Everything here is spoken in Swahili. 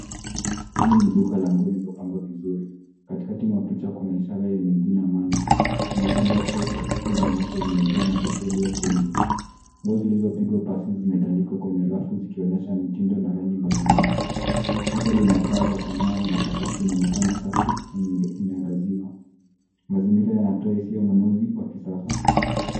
Hili ni duka la nguo lililopangwa vizuri. Katikati mwa picha kuna ishara yenye jina ya Manix. Kwenye upande wa kushoto rafu zaonyesha zimejaa mashati yaliyokunjwa. Nguo zilizopigwa pasi zimetandikwa kwenye safu, zikionyesha mitindo na rangi mbalimbali. Duka lina taa za kung'aa na sakafu inaonekana safi na imeangaziwa. Mazingira yanatoa hisia za ununuzi wa kisasa.